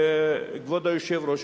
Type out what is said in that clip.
כבוד היושב-ראש,